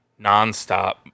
nonstop